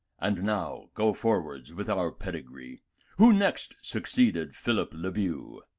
and now go forwards with our pedigree who next succeeded phillip le bew?